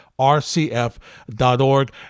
rcf.org